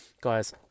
Guys